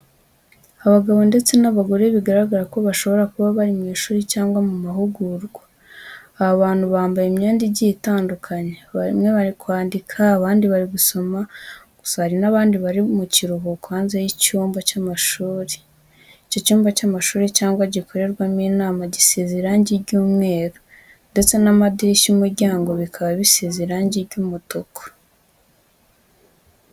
Abagabo ndetse n'abagore bigaragara ko bashobora kuba bari mu ishuri cyangwa mu mahugurwa, aba bantu bambaye imyenda igiye itandukanye, bamwe bari kwandika, abandi bari gusoma, gusa hari n'abandi bari mu kiruhuko hanze y'icyumba cy'amashuri. icyo cyumba cy'amashuri cyangwa gikorerwamo inama, gisize irangi ry'umweru ndetse n'amadirishya, umuryango bikaba bisize irangi ry'umutuku.